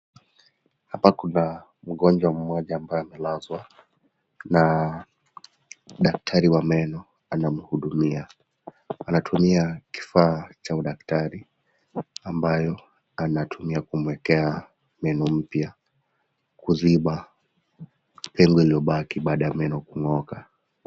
Hapa Kuna mgonjwa mmoja ambaye amelazwa Na daktari wa meno anamuhudumia, anatumia kifaa cha udaktari ambayo anatumia kumwekea meno mpya kuziba pengo lilobaki baada ya meno kung'oka.